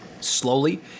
Slowly